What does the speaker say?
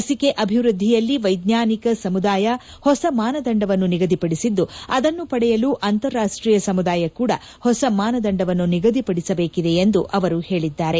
ಲಸಿಕೆ ಅಭಿವೃದ್ದಿಯಲ್ಲಿ ವೈಜ್ಞಾನಿಕ ಸಮುದಾಯ ಹೊಸ ಮಾನದಂಡವನ್ನು ನಿಗದಿಪಡಿಸಿದ್ದು ಅದನ್ನು ಪಡೆಯಲು ಅಂತಾರಾಷ್ಲೀಯ ಸಮುದಾಯ ಕೂಡ ಹೊಸ ಮಾನದಂಡವನ್ನು ನಿಗದಿಪಡಿಸಬೇಕಿದೆ ಎಂದು ಅವರು ಹೇಳಿದ್ದಾರೆ